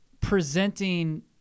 presenting